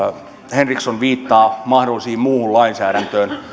henriksson viittasi mahdolliseen muuhun lainsäädäntöön